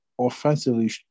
offensively